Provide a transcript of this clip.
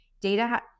data